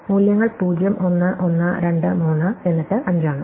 മൂല്യങ്ങൾ 0 1 1 2 3 എന്നിട്ട് 5 ആണ്